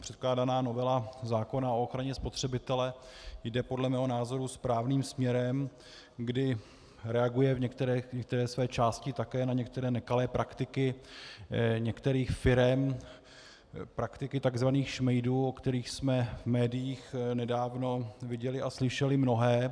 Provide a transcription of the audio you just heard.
Předkládaná novela zákona o ochraně spotřebitele jde podle mého názoru správným směrem, kdy reaguje v některé své části na některé nekalé praktiky některých firem, praktiky takzvaných šmejdů, o kterých jsme v médiích nedávno viděli a slyšeli mnohé.